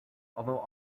although